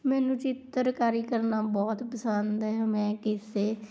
ਮੈਨੂੰ ਚਿੱਤਰਕਾਰੀ ਕਰਨਾ ਬਹੁਤ ਪਸੰਦ ਹੈ ਮੈਂ ਕਿਸੇ